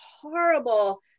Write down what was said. horrible